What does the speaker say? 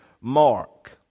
mark